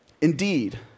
Indeed